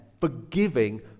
forgiving